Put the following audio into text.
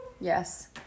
Yes